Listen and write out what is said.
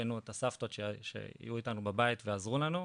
הבאנו את הסבתות שהיו איתנו בבית ועזרו לנו,